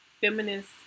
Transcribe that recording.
feminist